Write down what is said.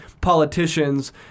politicians